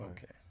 Okay